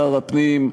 שר הפנים.